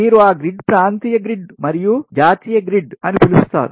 మీరు ఆ గ్రిడ్ ప్రాంతీయ గ్రిడ్ మరియు జాతీయ గ్రిడ్ అని పిలుస్తారు